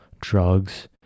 drugs